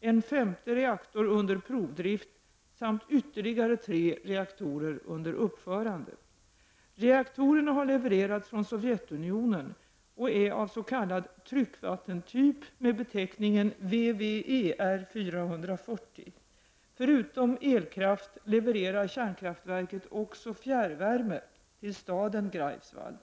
en femte reaktor under provdrift samt ytterligare tre reaktorer under uppförande. Reaktorerna har levererats från Sovjetunionen och är av så kallad tryckvattentyp . Förutom elkraft levererar kärnkraftverket också fjärrvärme till staden Greifswald.